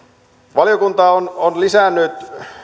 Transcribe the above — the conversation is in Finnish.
valiokunta on on lisännyt